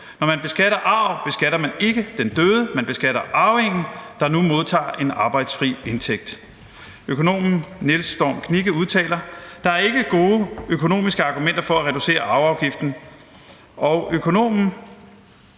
Når man beskatter arv, beskatter man ikke den døde, man beskatter arvingen, der nu modtager en arbejdsfri indtægt. Økonomen Niels Storm Knigge udtaler: »Der er ikke gode økonomiske argumenter for at reducere arveafgiften,